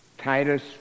Titus